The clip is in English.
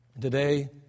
Today